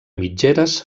mitgeres